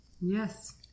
Yes